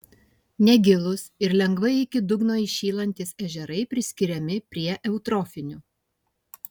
negilūs ir lengvai iki dugno įšylantys ežerai priskiriami prie eutrofinių